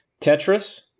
Tetris